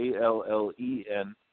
A-L-L-E-N